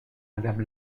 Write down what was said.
madame